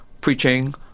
preaching